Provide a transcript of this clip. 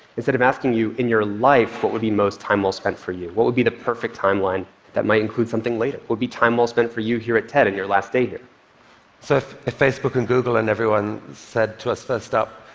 instead of asking you in your life what we would be most time well spent for you? what would be the perfect timeline that might include something later, would be time well spent for you here at ted in your last day here? ca so if if facebook and google and everyone said to us first up,